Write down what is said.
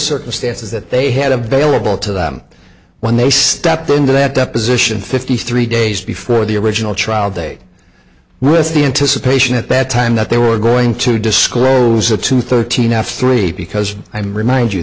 circumstances that they had a bailable to that when they stepped into that deposition fifty three days before the original trial date with the anticipation at that time that they were going to disclose that to thirteen at three because i remind you